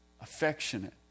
affectionate